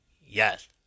yes